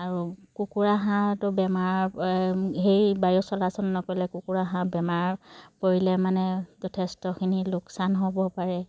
আৰু কুকুৰা হাঁহটো বেমাৰ সেই বায়ু চলাচল নকৰিলে কুকুৰা হাঁহ বেমাৰ পৰিলে মানে যথেষ্টখিনি লোকচান হ'ব পাৰে